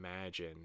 imagine